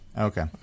Okay